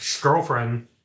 girlfriend